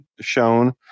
shown